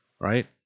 Right